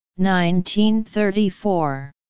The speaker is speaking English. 1934